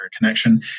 connection